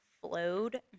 flowed